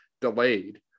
delayed